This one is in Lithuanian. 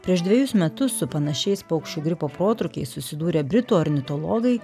prieš dvejus metus su panašiais paukščių gripo protrūkiais susidūrę britų ornitologai